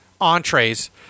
entrees